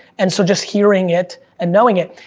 and so just hearing it and knowing it.